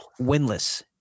winless